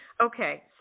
Okay